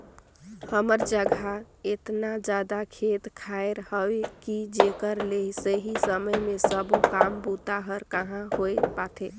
हमर जघा एतना जादा खेत खायर हवे कि जेकर ले सही समय मे सबो काम बूता हर कहाँ होए पाथे